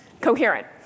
coherent